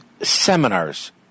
seminars